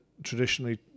Traditionally